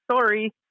sorry